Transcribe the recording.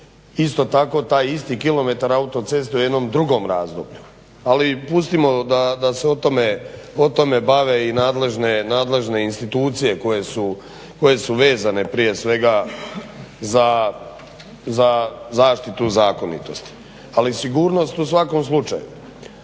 Isto tako, taj isti kilometar autoceste u jednom drugom razdoblju. Ali pustimo da se o tome bave i nadležne institucije koje su vezane prije svega za zaštitu zakonitosti. Ali sigurnost u svakom slučaju.